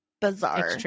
bizarre